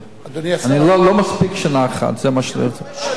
לא מספיק שנה אחת, זה מה שאני רוצה להגיד.